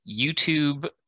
YouTube